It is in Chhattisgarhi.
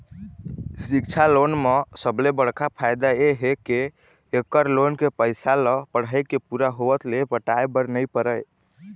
सिक्छा लोन म सबले बड़का फायदा ए हे के एखर लोन के पइसा ल पढ़ाई के पूरा होवत ले पटाए बर नइ परय